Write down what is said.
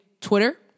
Twitter